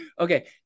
Okay